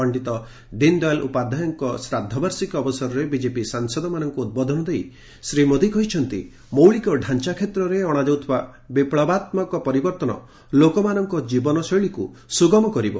ପଶ୍ଚିତ ଦୀନଦୟାଲ ଉପାଧ୍ୟାୟଙ୍କ ଶ୍ରାଦ୍ଧବାର୍ଷିକୀ ଅବସରରେ ବିଜେପି ସାଂସଦମାନଙ୍କୁ ଉଦ୍ବୋଧନ ଦେଇ ଶ୍ରୀ ମୋଦୀ କହିଛନ୍ତି ମୌଳିକ ଢ଼ାଞ୍ଚା କ୍ଷେତ୍ରରେ ଅଣାଯାଉଥିବା ବିପ୍ଲବାତ୍ମକ ପରିବର୍ତ୍ତନ ଲୋକମାନଙ୍କ ଜୀବନଶୈଳୀକୁ ସୁଗମ କରିବ